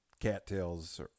cattails